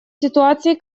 ситуацией